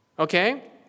Okay